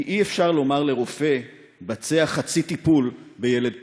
כי אי-אפשר לומר לרופא: בצע חצי טיפול בילד פצוע.